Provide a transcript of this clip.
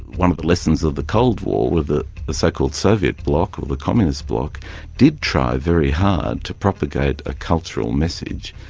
one of the lessons of the cold war with the the so-called soviet bloc or the communist bloc did try very hard to propagate a cultural message,